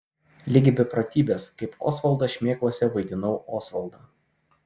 ligi beprotybės kaip osvaldas šmėklose vaidinau osvaldą